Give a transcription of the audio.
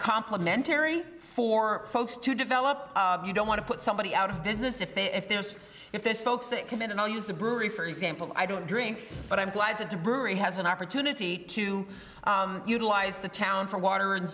complimentary for folks to develop you don't want to put somebody out of business if they if there's if there's folks that come in and i'll use the brewery for example i don't drink but i'm glad that the brewery has an opportunity to utilize the town for water and